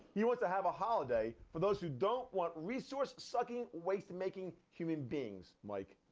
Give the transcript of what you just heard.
he wants to have a holiday for those who don't want resource-sucking, waste-making human beings, mike.